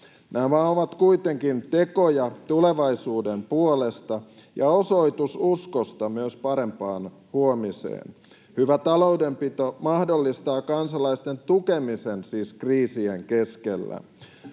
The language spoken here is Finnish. Nämä ovat kuitenkin tekoja tulevaisuuden puolesta ja osoitus uskosta myös parempaan huomiseen. Hyvä taloudenpito mahdollistaa kansalaisten tukemisen siis kriisien keskellä.